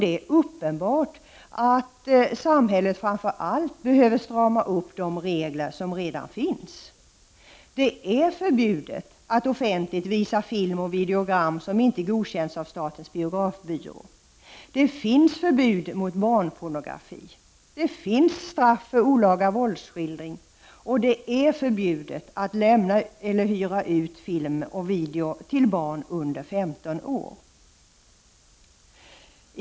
Det är uppenbart att samhället framför allt behöver strama upp de regler som redan finns: Det är förbjudet att offentligt visa filmer och videogram som inte har godkänts av statens biografbyrå. Det finns förbud mot barnpornografi. Det finns straff för olaga våldsskildring. Det är förbjudet att lämna eller hyra ut film eller video till barn under femton år.